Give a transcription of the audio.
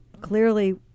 clearly